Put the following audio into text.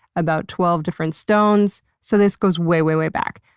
about twelve different stones. so this goes way, way way back.